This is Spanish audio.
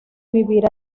vivir